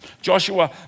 Joshua